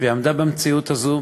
והיא עמדה במציאות הזאת,